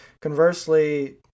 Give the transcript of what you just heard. Conversely